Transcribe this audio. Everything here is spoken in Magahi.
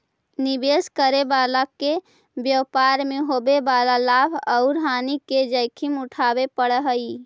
निवेश करे वाला के व्यापार मैं होवे वाला लाभ औउर हानि के जोखिम उठावे पड़ऽ हई